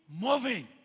moving